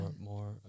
more